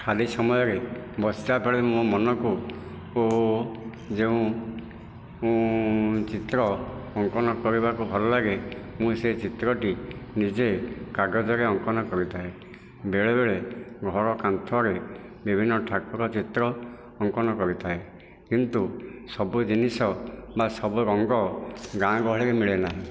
ଖାଲି ସମୟରେ ବସିବା ଫଳରେ ମୋ ମନକୁ ଯେଉଁ ଚିତ୍ର ଅଙ୍କନ କରିବାକୁ ଭଲ ଲାଗେ ମୁଁ ସେ ଚିତ୍ରଟି ନିଜେ କାଗଜରେ ଅଙ୍କନ କରିଥାଏ ବେଳେବେଳେ ଘର କାନ୍ଥରେ ବିଭିନ୍ନ ଠାକୁର ଚିତ୍ର ଅଙ୍କନ କରିଥାଏ କିନ୍ତୁ ସବୁ ଜିନିଷ ବା ସବୁ ରଙ୍ଗ ଗାଁ ଗହଳିରେ ମିଳେନା